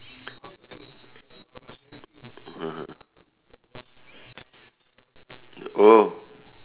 mmhmm oh